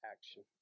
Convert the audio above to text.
action